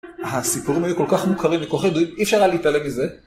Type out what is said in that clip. הסיפורים האלה כל כך מוכרים וכל כך ידועים, אי אפשר היה להתעלם מזה.